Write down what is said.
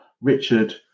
Richard